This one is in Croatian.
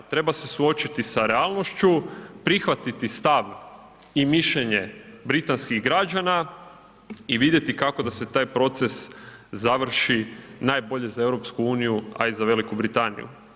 Treba se suočiti sa realnošću, prihvatiti stav i mišljenje Britanskih građana i vidjeti kako da se taj proces završi najbolje za EU, a i za Veliku Britaniju.